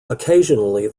occasionally